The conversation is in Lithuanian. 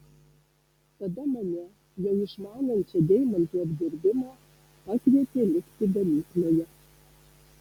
tada mane jau išmanančią deimantų apdirbimą pakvietė likti gamykloje